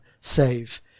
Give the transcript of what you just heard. save